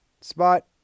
spot